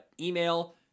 email